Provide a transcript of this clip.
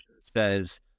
says